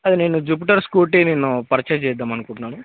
అది నేను Jupiter scooty నేను పర్చేజ్ చేద్దాము అనుకుంటున్నాను